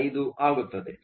85 ಆಗುತ್ತದೆ